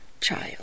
child